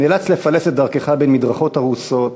נאלץ לפלס את דרכך בין מדרכות הרוסות,